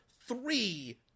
three